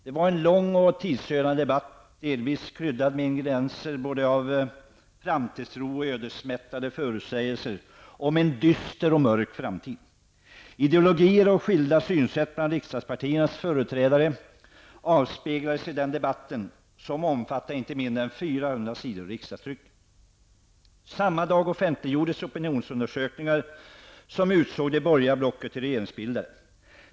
Det var en lång och tidsödande debatt, kryddad med ingredienser av både framtidstro och ödesmättade förutsägelser om en dyster och mörk framtid. Ideologier och skilda synsätt bland riksdagspartiernas företrädare avspeglades i den debatten -- som omfattade inte mindre än 400 s. i riksdagstrycket. Samma dag offentliggjordes opinionsundersökningar som utsåg det borgerliga blocket till regeringsbildare.